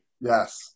Yes